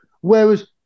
whereas